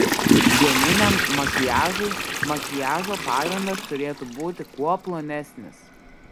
dieniniam makiažui makiažo pagrindas turėtų būti kuo plonesnis